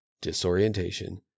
disorientation